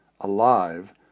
alive